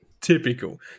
Typical